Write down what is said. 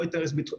לא אינטרס ביטחוני.